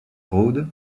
road